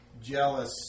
jealous